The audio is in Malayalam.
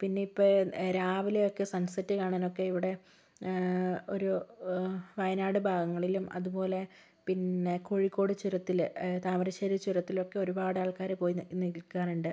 പിന്നെ ഇപ്പോൾ രാവിലെയൊക്കെ സൺസെറ്റ് കാണാനൊക്കെ ഇവിടെ ഒരു വയനാട് ഭാഗങ്ങളിലും അതുപോലെ പിന്നെ കോഴിക്കോട് ചുരത്തില് താമരശ്ശേരി ചുരത്തിലൊക്കെ ഒരുപാട് ആൾക്കാര് പോയി നിൽ നിൽക്കാറുണ്ട്